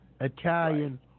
Italian